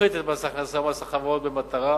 המפחית את מס ההכנסה ומס החברות במטרה